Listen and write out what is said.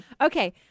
Okay